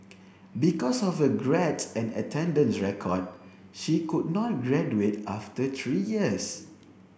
because of her grades and attendance record she could not graduate after three years